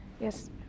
Yes